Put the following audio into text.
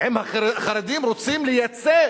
עם החרדים רוצים לייצר